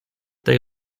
they